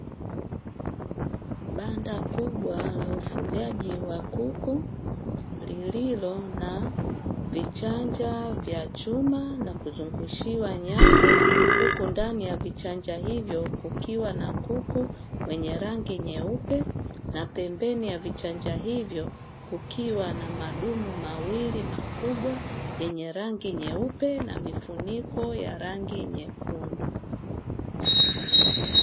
Banda kubwa la ufugaji wa kuku lililo na vichanja vya chuma na kuzungushiwa nyavu, huku ndani ya vichanja hivyo kukiwa na kuku wenye rangi nyeupe na pembeni ya vichanja hivyo kukiwa na madumu mawili makubwa yenye rangi nyeupe na mifuniko ya rangi nyekundu.